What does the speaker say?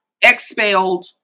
expelled